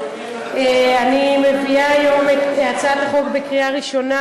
אני מביאה היום לקריאה ראשונה